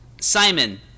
Simon